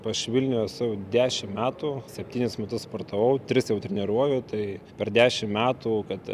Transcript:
aš vilniuj esu dešimt metų septynis metus sportavau tris jau treniruoju tai per dešimt metų kad